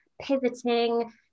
pivoting